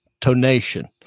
tonation